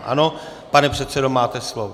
Ano, pane předsedo, máte slovo.